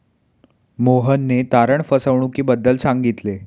मोहनने तारण फसवणुकीबद्दल सांगितले